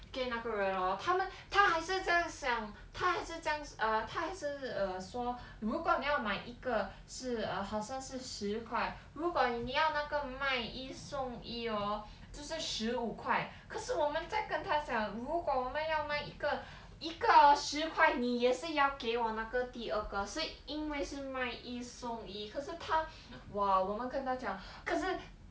跟那个人 hor 他们他还是在讲他还是在 err 他还是 err 说如果你要买一个是 err 好像是十块如果你要那个买一送一 orh 一个十五块可是我们在跟他讲如果我们要买一个一个十块你也是要给我那个第二个是因为是买一送一可是他 !wah! 我们跟他讲可是